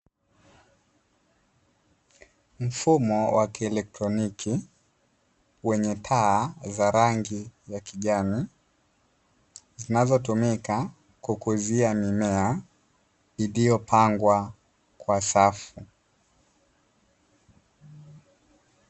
Mfumo wa kielektroniki wenye taa za rangi ya kijani, zinazotumika kukuzia mimea iliyopangwa kwa safu.